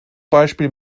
beispiel